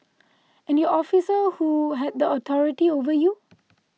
and your officer who had the authority over you